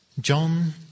John